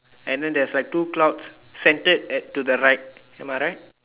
and then there's like two clouds centered at to the right am I right